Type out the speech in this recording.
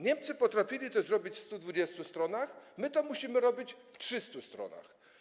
Niemcy potrafili to zrobić na 120 stronach, my to musimy robić na 300 stronach.